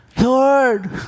Lord